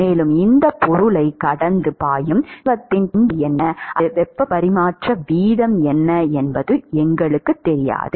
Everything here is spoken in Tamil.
மேலும் இந்தப் பொருளைக் கடந்து பாயும் திரவத்தின் பண்புகள் என்ன அல்லது வெப்பப் பரிமாற்ற வீதம் என்ன என்பது எங்களுக்குத் தெரியாது